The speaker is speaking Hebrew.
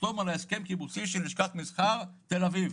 לחתום על הסכם קיבוצי של לשכת מסחר תל אביב.